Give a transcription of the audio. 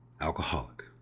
alcoholic